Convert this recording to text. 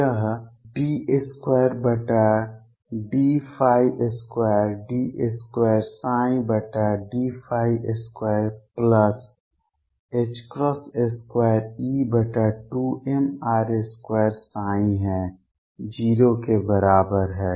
यह 22222E2mr2ψ है 0 के बराबर है